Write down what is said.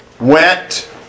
went